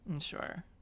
Sure